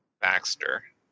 Baxter